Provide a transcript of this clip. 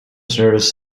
service